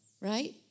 Right